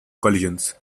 collisions